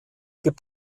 gibt